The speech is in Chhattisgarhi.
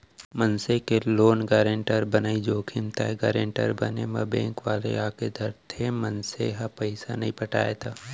मनसे के लोन गारेंटर बनई जोखिम ताय गारेंटर बने म बेंक वाले आके धरथे, मनसे ह पइसा नइ पटाय त